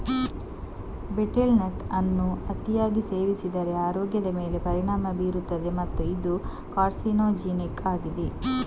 betel nut ಅನ್ನು ಅತಿಯಾಗಿ ಸೇವಿಸಿದರೆ ಆರೋಗ್ಯದ ಮೇಲೆ ಪರಿಣಾಮ ಬೀರುತ್ತದೆ ಮತ್ತು ಇದು ಕಾರ್ಸಿನೋಜೆನಿಕ್ ಆಗಿದೆ